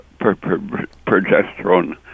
progesterone